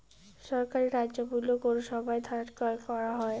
সরকারি ন্যায্য মূল্যে কোন সময় ধান ক্রয় করা হয়?